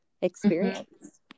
experience